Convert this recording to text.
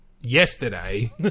yesterday